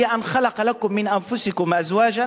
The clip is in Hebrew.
איאתה אן ח'לק לכּם מן אנפסכּם אזואג'ן